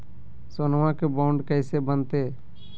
सोनमा के बॉन्ड कैसे बनते?